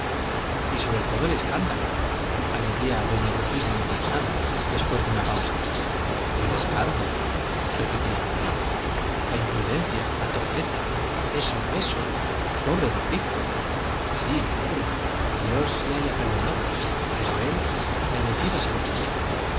y sobre todo el escándalo añadía doña rufina indignada después de una pausa el escándalo repetía el coro la imprudencia la torpeza eso eso pobre don víctor sí pobre y dios le haya perdonado pero él merecido se lo tenía